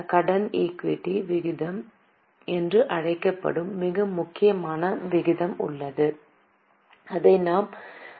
கடன் ஈக்விட்டி விகிதம் என்று அழைக்கப்படும் மிக முக்கியமான விகிதம் உள்ளது அதை நாம் விரைவில் கணக்கிடுவோம்